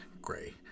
gray